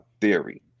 theory